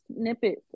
snippets